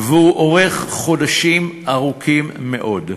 והוא אורך חודשים ארוכים מאוד.